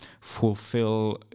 fulfill